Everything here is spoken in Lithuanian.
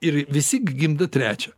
ir visi gimdo trečią